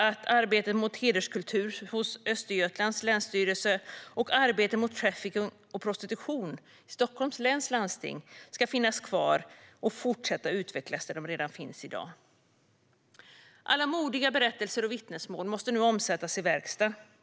Arbetet mot hederskultur hos Östergötlands länsstyrelse och arbetet mot trafficking och prostitution i Stockholms läns landsting ska finnas kvar och fortsätta att utvecklas där de redan finns i dag. Alla modiga berättelser och vittnesmål måste nu omsättas i verkstad.